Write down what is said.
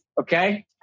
Okay